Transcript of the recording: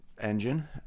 engine